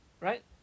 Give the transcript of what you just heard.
Right